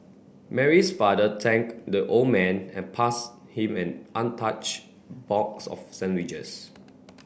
Mary's father thanked the old man and passed him an untouched box of sandwiches